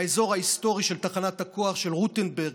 האזור ההיסטורי של תחנת הכוח של רוטנברג,